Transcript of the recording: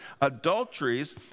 adulteries